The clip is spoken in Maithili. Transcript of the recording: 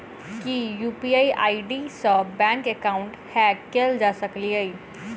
की यु.पी.आई आई.डी सऽ बैंक एकाउंट हैक कैल जा सकलिये?